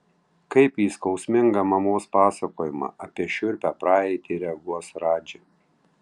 kaip į skausmingą mamos pasakojimą apie šiurpią praeitį reaguos radži